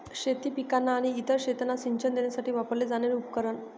शेती पिकांना आणि इतर शेतांना सिंचन देण्यासाठी वापरले जाणारे उपकरण